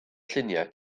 lluniau